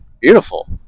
Beautiful